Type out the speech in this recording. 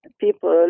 people